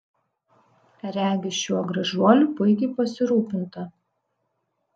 regis šiuo gražuoliu puikiai pasirūpinta